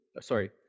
sorry